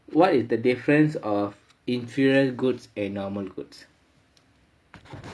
what is the difference of inferior goods and normal goods